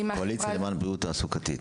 קואליציה למען בריאות תעסוקתית.